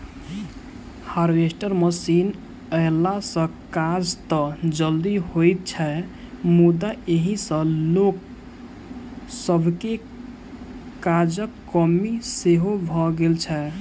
harvester machine अयला सॅ काज त जल्दी होइत छै मुदा एहि सॅ लोक सभके काजक कमी सेहो भ गेल छै